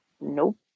nope